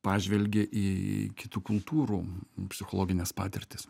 pažvelgė į kitų kultūrų psichologines patirtis